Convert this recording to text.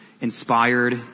inspired